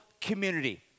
community